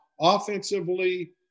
offensively